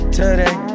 today